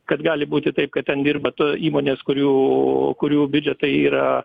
kad gali būti taip kad ten dirba to įmonės kurių kurių biudžetai yra